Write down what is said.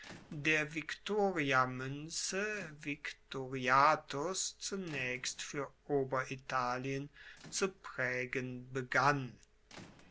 der victoriamuenze victoriatus zunaechst fuer oberitalien zu praegen begann